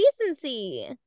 decency